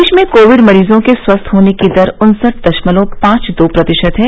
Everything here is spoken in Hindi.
देश में कोविड मरीजों के स्वस्थ होने की दर उन्सठ दशमलव पांच दो प्रतिशत है